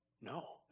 No